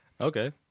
Okay